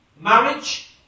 Marriage